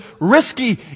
risky